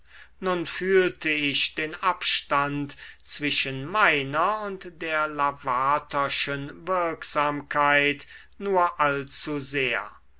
nun fühlte ich den abstand zwischen meiner und der lavaterschen wirksamkeit nur allzu sehr